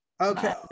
okay